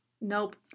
nope